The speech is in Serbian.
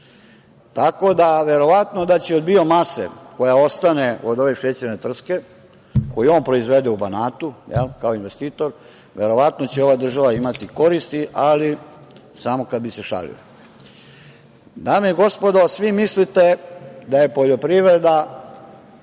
Tako da, verovatno da će od biomase koja ostane od ove šećerne trske, koju on proizvede u Banatu, jel, kao investitor, verovatno će ova država imati koristi, ali samo kad bi se šalili. Dame i gospodo svi mislite da je poljoprivreda